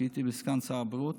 כשהייתי סגן שר הבריאות,